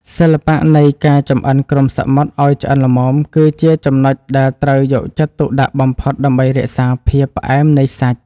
សិល្បៈនៃការចម្អិនគ្រំសមុទ្រឱ្យឆ្អិនល្មមគឺជាចំណុចដែលត្រូវយកចិត្តទុកដាក់បំផុតដើម្បីរក្សាភាពផ្អែមនៃសាច់។